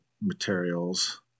materials